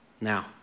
Now